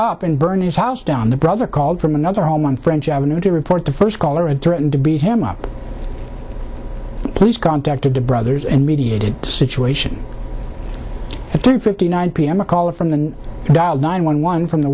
up and burn his house down the brother called from another home on french avenue to report the first caller and threatened to beat him up police contacted the brothers and mediated situation at two fifty nine pm a caller from the dial nine one one from the